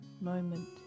moment